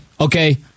Okay